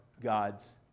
God's